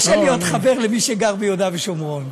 קשה להיות חבר, למי שגר ביהודה ושומרון.